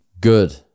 Good